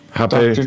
happy